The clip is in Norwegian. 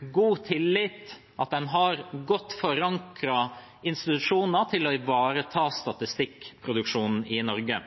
god tillit, og at en har godt forankrede institusjoner til å ivareta statistikkproduksjonen i Norge.